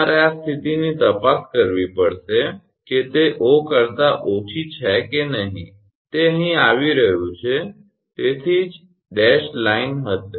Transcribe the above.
તમારે આ સ્થિતિની તપાસ કરવી પડશે કે તે 0 કરતા ઓછી છે કે નહીં તે અહીં આવી રહ્યું છે તેથી જ તે તૂટક લાઇન હશે